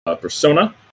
persona